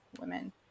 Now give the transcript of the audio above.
women